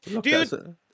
Dude